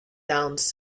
downs